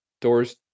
doors